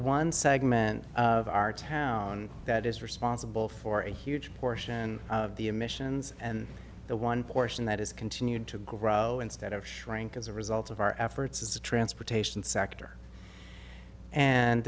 one segment of our town that is responsible for a huge portion of the emissions and the one portion that is continued to grow instead of shrink as a result of our efforts as a transportation sector and